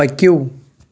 پٔکِو